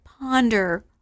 ponder